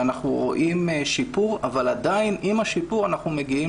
אנחנו רואים שיפור אבל עדיין עם השיפור אנחנו מגיעים